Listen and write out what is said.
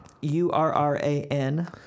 U-R-R-A-N